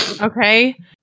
Okay